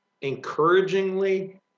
encouragingly